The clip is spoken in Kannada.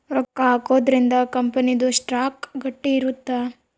ರೊಕ್ಕ ಹಾಕೊದ್ರೀಂದ ಕಂಪನಿ ದು ಸ್ಟಾಕ್ ಗಟ್ಟಿ ಇರುತ್ತ